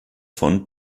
von